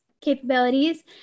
capabilities